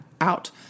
out